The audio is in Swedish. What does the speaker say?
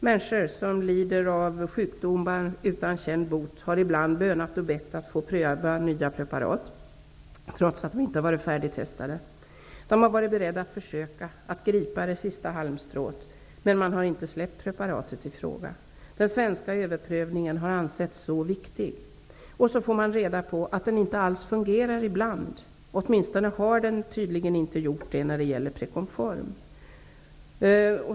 Människor som lider av sjukdomar utan känd bot har ibland bönat och bett om att få pröva nya preparat, trots att de inte har varit färdigtestade. De har varit beredda att försöka, att gripa det sista halmstrået, men man har inte släppt preparatet i fråga. Den svenska överprövningen har ansetts så viktig. Nu får man reda på att den ibland inte alls fungerar. Åtminstone har den tydligen inte gjort det när det gäller Preconform.